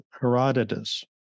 Herodotus